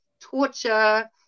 torture